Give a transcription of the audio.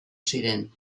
ziren